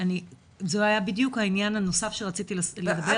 אז זה היה בדיוק העניין הנוסף שעליו רציתי לדבר ---.